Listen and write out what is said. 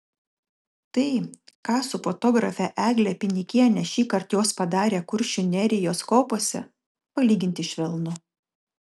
tai ką su fotografe egle pinikiene šįkart jos padarė kuršių nerijos kopose palyginti švelnu